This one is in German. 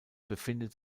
befindet